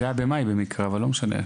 זה היה במאי, אבל לא משנה.